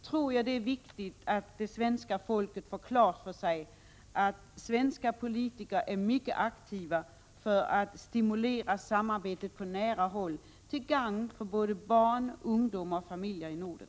Då är det viktigt för det svenska folket att få klart för sig att svenska politiker mycket aktivt stimulerar nordiskt samarbete på nära håll, till gagn för ungdom, barn och familjer i Norden.